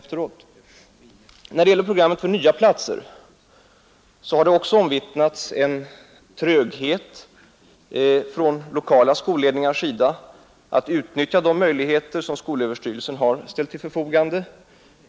När det gäller programmet för nya skolkurser har det också omvittnats en tröghet från lokala skolledningars sida att utnyttja de möjligheter som skolöverstyrelsen har ställt till förfogande.